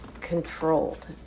controlled